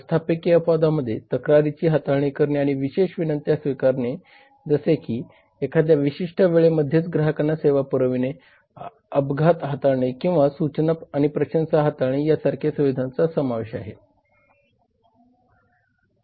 व्यवस्थापकीय अपवादांमध्ये तक्रारींची हाताळणी करणे आणि विशेष विनंत्या स्वीकारणे जसे की एखादया विशिष्ट वेळेमध्येच ग्राहकांना सेवा पुरविणे अपघात हाताळने किंवा सूचना आणि प्रशंसा हाताळणे यासारख्या सुविधांचा समावेश होतो